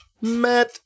Matt